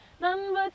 None